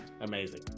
amazing